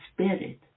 spirit